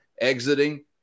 exiting